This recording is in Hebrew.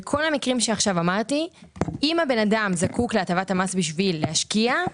בכל המקרים שעכשיו אמרתי אם הבן אדם זקוק להטבת המס בשביל להשקיע,